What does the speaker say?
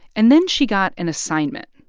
and then she got an assignment,